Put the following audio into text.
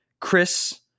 Chris